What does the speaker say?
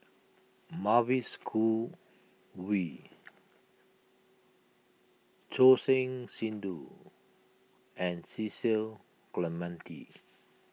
Mavis Khoo Oei Choor Singh Sidhu and Cecil Clementi